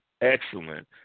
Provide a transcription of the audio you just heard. excellent